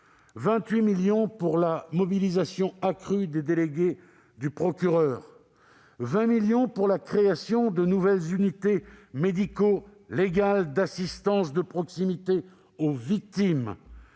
28 millions d'euros pour la mobilisation accrue des délégués du procureur ; 20 millions d'euros pour la création de nouvelles unités médico-légales d'assistance de proximité aux victimes